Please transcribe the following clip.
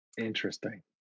Interesting